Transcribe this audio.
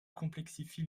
complexifie